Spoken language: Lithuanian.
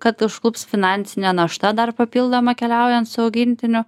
kad užklups finansinė našta dar papildoma keliaujant su augintiniu